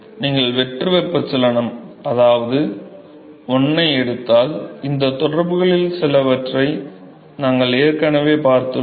நீங்கள் வெற்று வெப்பச்சலனம் அதாவது நிலை 1 ஐ எடுத்துக் கொண்டால் இந்த தொடர்புகளில் சிலவற்றை நாங்கள் ஏற்கனவே பார்த்துள்ளோம்